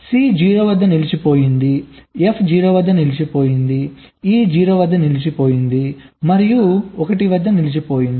C 0 వద్ద నిలిచిపోయింది F 0 వద్ద నిలిచిపోయింది E 0 వద్ద నిలిచిపోయింది మరియు 1 వద్ద నిలిచిపోయింది